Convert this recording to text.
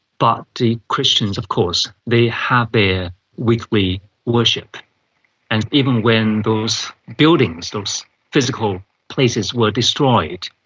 but the christians of course they have their weekly worship and even when those buildings, those physical places, were destroyed,